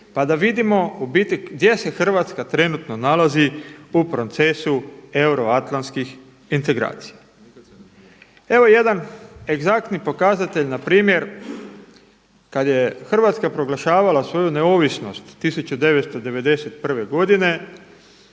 pa da vidimo gdje se Hrvatska nalazi u procesu euroatlantskih integracija. Evo jedan egzaktni pokazatelj npr. kada je Hrvatska proglašavala svoju neovisnost 1991. godine,